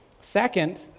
Second